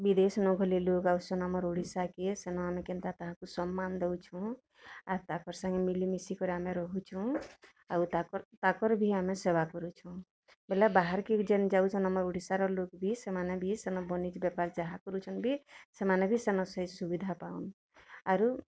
ବିଦେଶ୍ନୁ ଖାଲି ଲୋଗ୍ ଆସୁଛନ୍ ଆମର୍ ଓଡ଼ିଶାକେ ସେନ ଆମେ କେନ୍ତା କାହାକୁ ସମ୍ମାନ୍ ଦଉଛୁଁ ଆର୍ ତାଙ୍କର୍ ସାଙ୍ଗରେ ମିଲିମିଶିକରି ଆମେ ରହୁଛୁଁ ଆଉ ତାକର୍ ତାକର୍ ବି ଆମେ ସେବା କରୁଛୁଁ ବେଲେ ବାହାର୍କେ ବି ଯେନ୍ ଯାଉଛନ୍ ଆମର୍ ଓଡ଼ିଶାର ଲୋକ୍ ଭି ସେମାନେ ବି ସେନ ବନିଜ୍ ବେପାର୍ ଯାହାକରୁଛନ୍ ବି ସେମାନେ ବି ସେନ ସେଇ ସୁବିଧା ପାଉନ୍ ଆରୁ